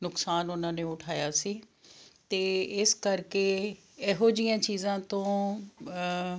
ਨੁਕਸਾਨ ਉਨ੍ਹਾਂ ਨੇ ਉਠਾਇਆ ਸੀ ਅਤੇ ਇਸ ਕਰਕੇ ਇਹੋ ਜਿਹੀਆਂ ਚੀਜ਼ਾਂ ਤੋਂ